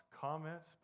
comments